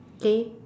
okay